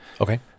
Okay